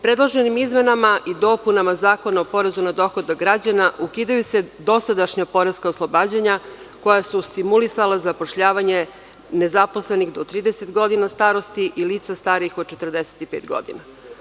Predloženim izmenama i dopunama Zakona o porezu na dohodak građana ukidaju se dosadašnja poreska oslobađanja koja su stimulisala zapošljavanje nezaposlenih do 30 godina starosti i lica starija od 45 godina.